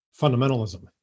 fundamentalism